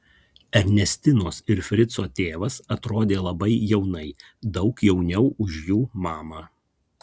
ernestinos ir frico tėvas atrodė labai jaunai daug jauniau už jų mamą